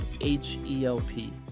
H-E-L-P